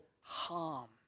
harm